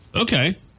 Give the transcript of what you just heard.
Okay